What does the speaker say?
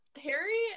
Harry